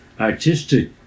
artistic